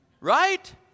Right